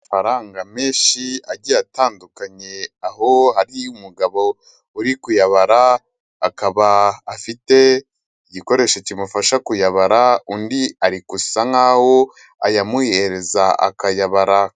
Amafaranga menshi agiye atandukanye aho hari umugabo uri kuyabara, akaba afite igikoresho kimufasha kuyabara, undi ariko asa nk'aho ayamuhereza akayabaraka.